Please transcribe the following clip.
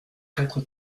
quatre